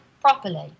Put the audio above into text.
properly